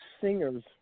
singers